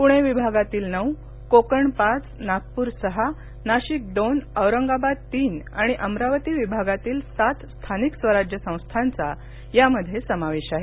पुणे विभागातील नऊ कोकण पाच नागपूर सहा नाशिक दोन औरंगाबाद तीन आणि अमरावती विभागातील सात स्थानिक स्वराज्य संस्थांचा यामध्ये समावेश आहे